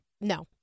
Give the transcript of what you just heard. no